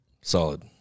Solid